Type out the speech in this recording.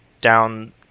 down